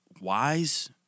wise